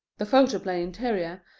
the photoplay interior,